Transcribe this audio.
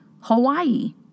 Hawaii